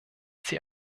sie